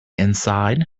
inside